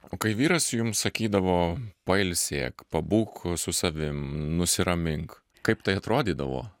o kai vyras jums sakydavo pailsėk pabūk su savim nusiramink kaip tai atrodydavo